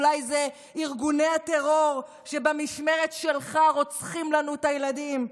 אולי ארגוני הטרור שבמשמרת שלך רוצחים לנו את הילדים?